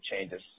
changes